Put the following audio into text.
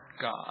God